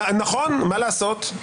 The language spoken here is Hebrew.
נכון, מה לעשות?